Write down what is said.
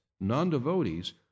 non-devotees